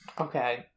Okay